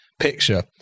picture